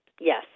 Yes